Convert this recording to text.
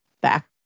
back